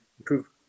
improve